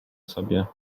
sobie